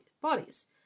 bodies